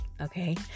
Okay